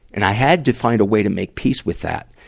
and i had to find a way to make peace with that.